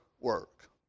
work